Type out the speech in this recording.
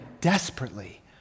desperately